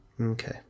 Okay